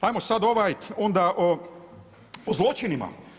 Hajmo sad ovaj onda o zločinima.